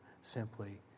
simply